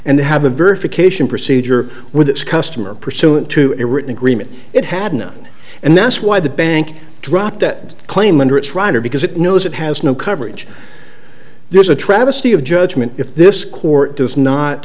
and they have a verification procedure with its customer pursuant to a written agreement it had none and that's why the bank dropped that claim under its rider because it knows it has no coverage this is a travesty of judgment if this court does not